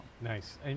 Nice